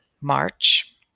March